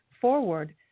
forward